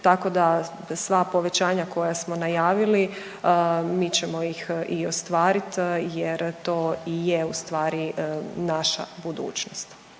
tako da sva povećanja koja smo najavili, mi ćemo ih i ostvarit jer to i je ustvari naša budućnost.